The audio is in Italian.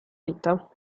vita